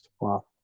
Wow